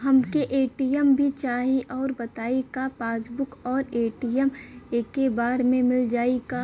हमके ए.टी.एम भी चाही राउर बताई का पासबुक और ए.टी.एम एके बार में मील जाई का?